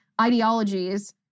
ideologies